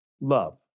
love